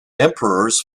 emperors